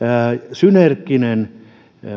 synerginen